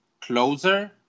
closer